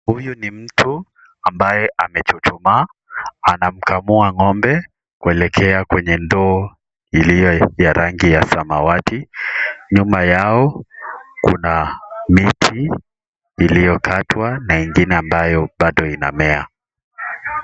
Huyu ni mtu ambaye amechuchumaa. Anamkamua ng'ombe kuelekea kwenye ndoo iliyo ya rangi ya Samawati. Nyuma yao, kuna miti iliyokatwa na ingine ambayo bado inama.